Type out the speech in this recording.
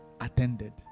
attended